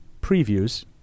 previews